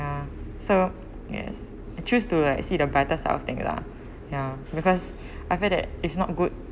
ya so yes I choose to like see the brighter sort of thing lah ya because I feel that it is not good